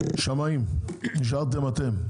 השמאים, נשארתם אתם.